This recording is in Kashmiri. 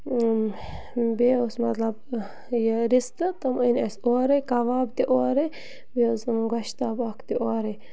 بیٚیہِ اوس مَطلب یہِ رِستہٕ تم أنۍ اَسہِ اورے کَباب تہِ اورَے بیٚیہِ حظ گۄشتاب اکھ تہِ اورے